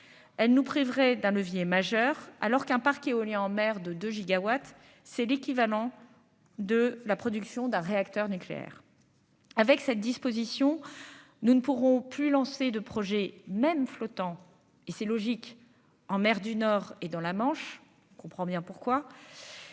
elle nous priverait d'un levier majeur alors qu'un parc éolien en mer de 2 gigawatts c'est l'équivalent de la production d'un réacteur nucléaire avec cette disposition, nous ne pourrons plus lancé de projet même flottant et c'est logique en mer du Nord et dans la Manche, on comprend bien pourquoi,